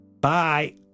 Bye